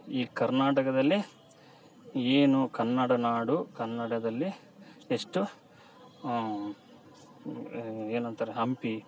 ಈ ಕರ್ನಾಟಕದಲ್ಲಿ ಏನು ಕನ್ನಡ ನಾಡು ಕನ್ನಡದಲ್ಲಿ ಎಷ್ಟು ಏನಂತಾರೆ ಹಂಪಿ